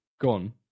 gone